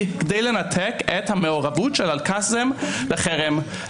כדי לנתק את המעורבות של אל-קאסם לחרם.